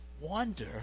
wonder